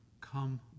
come